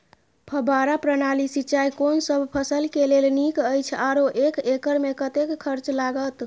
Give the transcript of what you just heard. फब्बारा प्रणाली सिंचाई कोनसब फसल के लेल नीक अछि आरो एक एकर मे कतेक खर्च लागत?